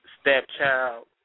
stepchild